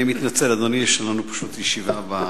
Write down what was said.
אני מתנצל, אדוני, יש לנו פשוט ישיבה בבניין.